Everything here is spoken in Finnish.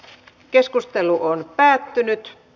keskustelua ei syntynyt